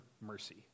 mercy